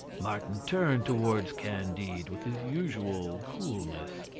martin turned towards candide with his usual coolness.